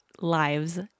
lives